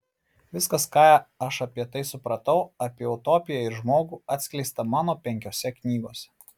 viskas ką aš apie tai supratau apie utopiją ir žmogų atskleista mano penkiose knygose